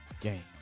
game